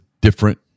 different